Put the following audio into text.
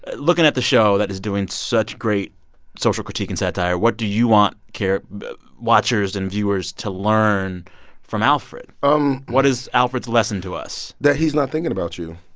looking at the show that is doing such great social critique and satire, what do you want care but watchers and viewers to learn from alfred? um what is alfred's lesson to us? that he's not thinking about you